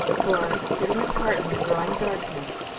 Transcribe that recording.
for, sitting apart in the growing darkness,